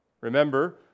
Remember